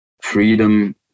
freedom